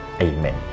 Amen